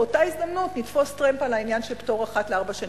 באותה הזדמנות נתפוס טרמפ על העניין של פטור אחת לארבע שנים?